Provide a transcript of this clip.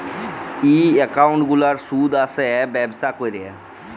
ই account গুলার সুদ আসে ব্যবছা ক্যরে